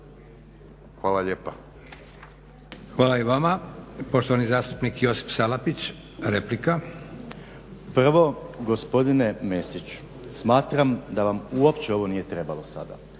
Hvala i vama. Poštovani zastupnik Josip Salapić, replika. **Salapić, Josip (HDSSB)** Prvo gospodine Mesiću smatram da vam uopće ovo nije trebalo sada.